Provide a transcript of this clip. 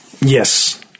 Yes